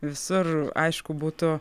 visur aišku būtų